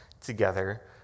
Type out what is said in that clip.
together